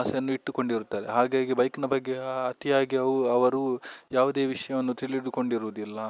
ಆಸೆಯನ್ನು ಇಟ್ಟುಕೊಂಡಿರುತ್ತಾರೆ ಹಾಗಾಗಿ ಬೈಕ್ನ ಬಗ್ಗೆ ಅತಿಯಾಗಿ ಅವ್ ಅವರು ಯಾವುದೇ ವಿಷಯವನ್ನು ತಿಳಿದುಕೊಂಡಿರುವುದಿಲ್ಲ